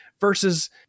versus